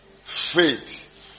Faith